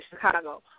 Chicago